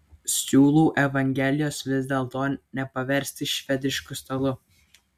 siūlau evangelijos vis dėlto nepaversti švedišku stalu